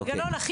אוקיי.